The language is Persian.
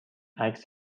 عکس